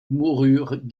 moururent